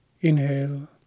Inhale